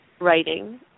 writing